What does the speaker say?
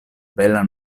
bela